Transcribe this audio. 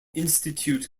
institute